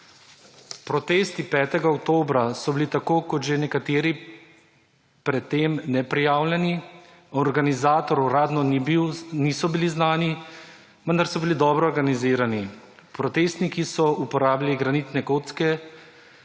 Protesti 5. oktobra so bili, tako kot že nekateri pred tem, neprijavljeni. Organizatorji uradno niso bili znani, vendar so bili dobro organizirani. Protestniki so uporabili granitne kocke,